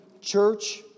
Church